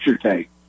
take